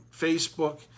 Facebook